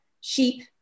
sheep